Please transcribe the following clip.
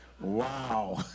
Wow